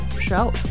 show